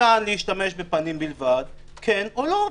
ניתן להשתמש בפנים בלבד - כן או לא.